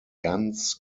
ganz